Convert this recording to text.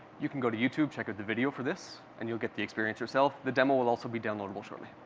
you can go to youtube, check out the video for this, and you'll get the experience yourself. the demo will also be downloadable shortly.